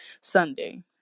Sunday